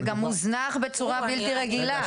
וגם הוזנח בצורה בלתי רגילה.